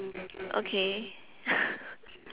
okay